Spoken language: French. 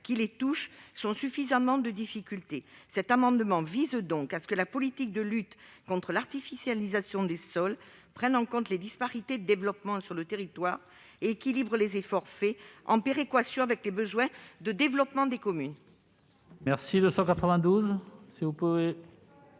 qui les touchent suffisent à leurs difficultés. Cet amendement vise donc à prévoir que la politique de lutte contre l'artificialisation des sols tienne compte des disparités de développement sur le territoire et équilibre les efforts fournis, selon une péréquation prenant en considération les besoins de développement des communes.